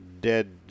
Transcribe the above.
dead